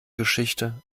geschichte